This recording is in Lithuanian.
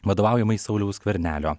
vadovaujamai sauliaus skvernelio